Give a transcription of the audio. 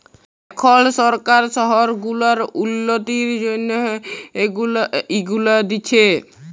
এখল সরকার শহর গুলার উল্ল্যতির জ্যনহে ইগুলা দিছে